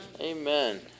Amen